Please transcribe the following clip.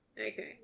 Okay